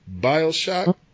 bioshock